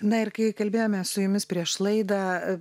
na ir kai kalbėjome su jumis prieš laidą